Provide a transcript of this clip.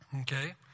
Okay